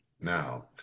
now